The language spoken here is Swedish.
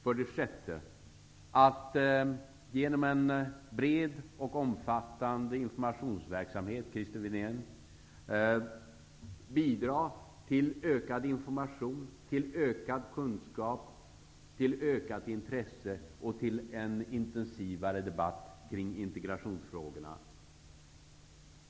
För det sjätte skall vi genom en bred och omfattande informationsverksamhet bidra till ökad information, ökad kunskap, ökat intresse och till en intensivare debatt kring integrationsfrågorna.